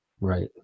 Right